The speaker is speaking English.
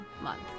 month